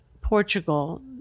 Portugal